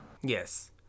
Yes